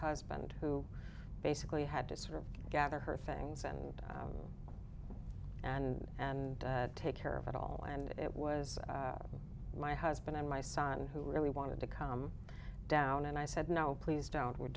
husband who basically had to sort of gather her things and and and take care of it all and it was my husband and my son who really wanted to come down and i said no please don't